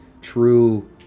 true